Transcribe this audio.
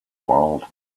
world